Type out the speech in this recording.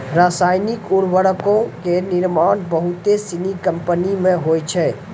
रसायनिक उर्वरको के निर्माण बहुते सिनी कंपनी मे होय छै